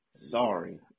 sorry